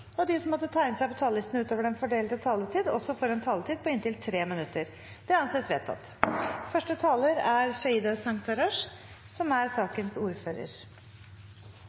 at de som måtte tegne seg på talerlisten utover den fordelte taletid, får en taletid på inntil 3 minutter. – Det anses vedtatt. Stortinget behandler i dag en sak som